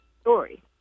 story